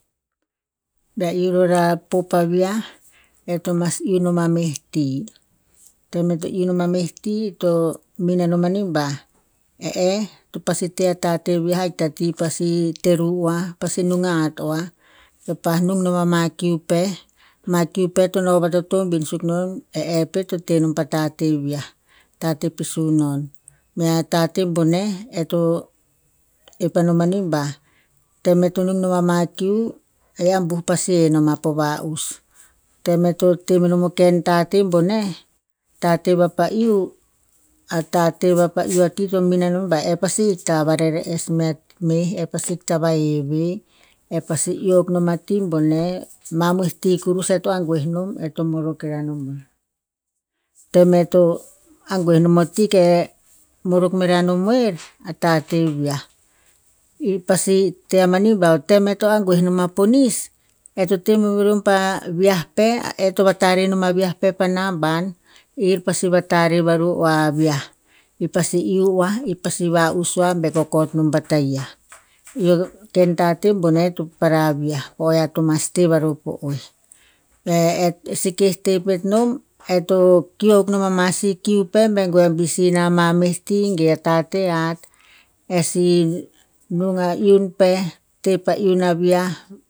Be ea iuh ror a pop a viah, ear to mas iuh noma meh ti. Tem eto iuh nom a meh ti to min enon mani ba, e eh to pasi teh a tateh viah ahik tati pasi teruh oa, pasi nung ahat oa. Ke pa nung no ama kiu pe, ama kiu pe to noh va totobin suk non e eh pet to teh non pa tateh viah, tateh pe sunon. Mea tateh boneh eo to ep o mani ba, tem eh to nung noama kiu e ambuh pasi he oa po va'us. Tem e eh to temenom a ken tateh boneh, tateh vapa iuh, a tateh vapa iuh a ti to min enon ba e eh pasi hikta ba rere- es mea meh, e eh pasi ikta va heve. Eh pasi iuh akuh nom a ti boneh, mamoih ti kurus eto angue nom, eto morok me ra oer. Tem eto angue nom o ti ke eh morok merea nom oer, a tateh viah. I pasi teh amani ba tem eh to angue nom a ponis, eh to teh meh vuruem pa viah pe, eh to vatare nom a viah pe naban ir pasi vatare varu oa a riah. Ir pasi iuh oa, ir pasi va'us oa be kokot non pa taia. I o ken tateh boneh topara viah, po o ea to mas teh varu po en. Peh eh seke teh pet non, eh to kill ama si kiu pe beh goe ta bisi na mamoi ti ge a tateh hat. Eh si nung a iun pe, teh iun a viah.